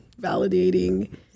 validating